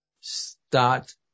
start